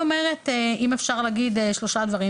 לצוואר, לעיניים, לאצבע,